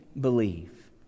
believe